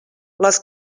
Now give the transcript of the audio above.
les